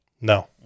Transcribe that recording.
No